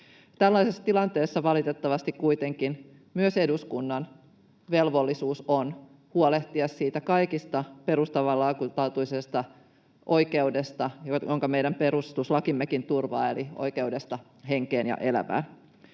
Tällaisessa tilanteessa valitettavasti kuitenkin myös eduskunnan velvollisuus on huolehtia siitä perustavanlaatuisesta oikeudesta, jonka meidän perustuslakimmekin turvaa, eli oikeudesta henkeen ja elämään.